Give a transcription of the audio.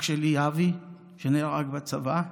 אח שלי אבי שנהרג בצבא,